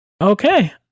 Okay